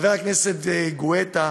חבר הכנסת גואטה,